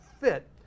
fit